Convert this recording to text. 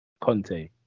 Conte